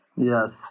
Yes